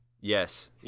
Yes